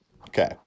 okay